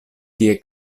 kiel